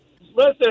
Listen